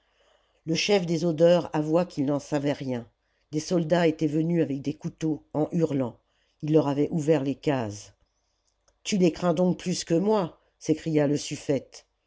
le chef des odeurs avoua qu'il n'en savait rien des soldats étaient venus avec des couteaux en hurlant il leur avait ouvert les cases tu les crains donc plus que moi s'écria le suffete